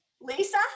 Lisa